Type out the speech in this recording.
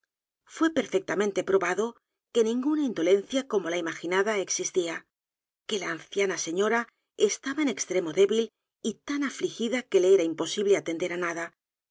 é perfectamente probado que n i n g u n a indolencia como la imaginada existía que la anciana señora estaba en extremo débil y tan afligida que le era imposible atender á n